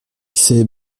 c’est